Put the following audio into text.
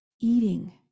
eating